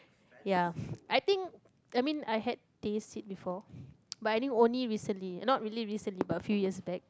ya I think I mean I had taste it before but I think only recently eh not really recently but a few years back